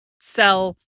sell